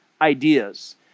ideas